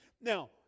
Now